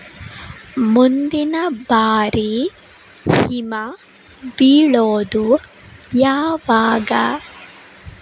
ಮುಂದಿನ ಬಾರಿ ಹಿಮ ಬೀಳೋದು ಯಾವಾಗ